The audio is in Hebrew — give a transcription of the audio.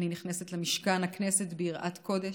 אני נכנסת למשכן הכנסת ביראת קודש,